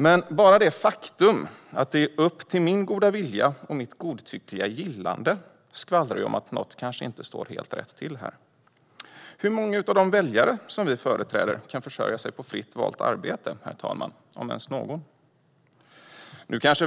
Men bara det faktum att det är upp till min goda vilja och mitt godtyckliga gillande skvallrar om att något inte står rätt till här. Hur många av de väljare som vi företräder kan försörja sig på fritt valt arbete, herr talman? Är det ens någon?